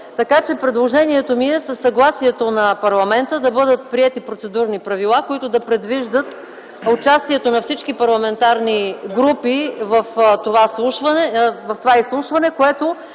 Така че, предложението ми е със съгласието на парламента да бъдат приети процедурни правила, които да предвиждат участието на всички парламентарни групи в това изслушване, което